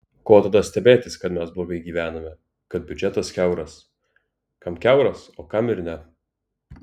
ko tada stebėtis kad mes blogai gyvename kad biudžetas kiauras kam kiauras o kam ir ne